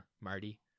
Marty